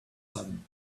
sudden